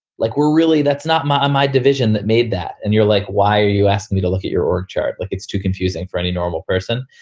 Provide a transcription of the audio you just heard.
like, we're really that's not my my division that made that. and you're like, why are you asking me to look at your org chart? like it's too confusing for any normal person.